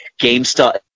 GameStop